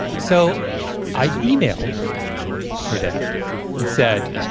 so i emailed her dad and said,